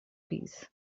peace